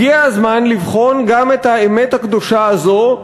הגיע הזמן לבחון גם את האמת הקדושה הזאת,